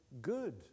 good